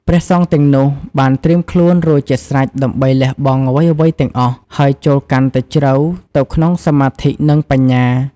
ព្រះសង្ឃទាំងនោះ បានត្រៀមខ្លួនរួចជាស្រេចដើម្បីលះបង់អ្វីៗទាំងអស់ ហើយចូលកាន់តែជ្រៅទៅក្នុងសមាធិ និងបញ្ញា។